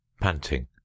panting